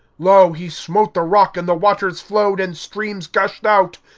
lo, he smote the rock, and the waters flowed, and streams gushed out.